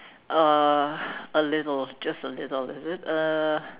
uh a little just a little is it uh